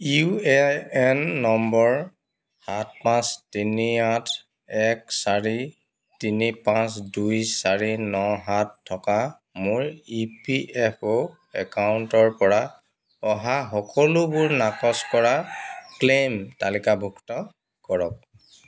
U A N number সাত পাঁচ তিনি আঠ এক চাৰি তিনি পাঁচ দুই চাৰি ন সাত থকা মোৰ ই পি এফ অ' একাউণ্টৰ পৰা অহা সকলোবোৰ নাকচ কৰা ক্লেইম তালিকাভুক্ত কৰক